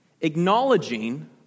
acknowledging